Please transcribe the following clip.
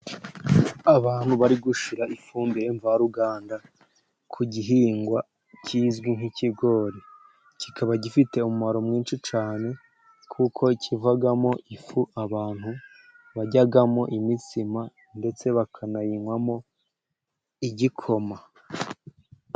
Abantu bari gushyira ifumbire mvaruganda ku gihingwa kizwi nk'ikigori, kikaba gifite umumaro mwinshi cyane, kuko kivamo ifu abantu baryamo imitsima, ndetse bakanayinywamo igikoma.